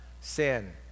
sin